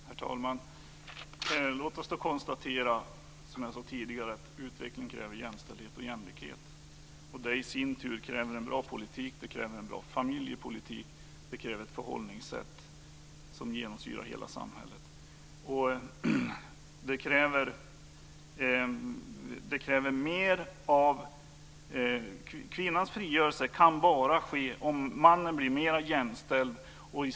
Herr talman! Låt oss konstatera, som jag sade tidigare, att utvecklingen kräver jämställdhet och jämlikhet. Det i sin tur kräver en bra politik, en bra familjepolitik och ett förhållningssätt som genomsyrar hela samhället. Kvinnans frigörelse kan bara ske om mannen blir mer jämställd.